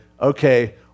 okay